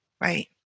Right